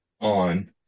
on